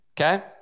Okay